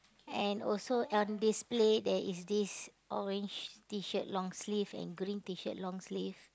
and also on this plate there is this orange T-shirt long sleeve and green T-shirt long sleeve